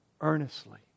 earnestly